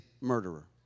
murderer